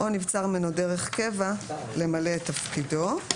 (3)נבצר ממנו דרך קבע למלא את תפקידו.